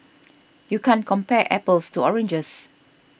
you can't compare apples to oranges